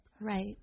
Right